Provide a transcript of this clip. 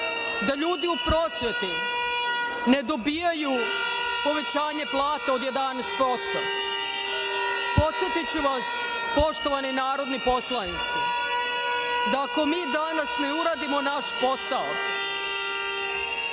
da ljudi u prosveti ne dobijaju povećanje plata od 11%.Podsetiću vas, poštovani narodni poslanici, da ako mi danas ne uradimo naš posao